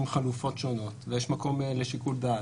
חלופות שונות ויש מקום לשיקול דעת.